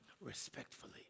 respectfully